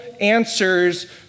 answers